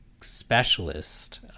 specialist